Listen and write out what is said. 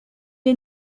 est